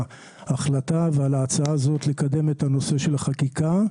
ההחלטה ועל ההצעה הזאת לקדם את הנושא של החקיקה.